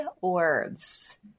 words